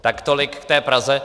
Tak tolik k Praze.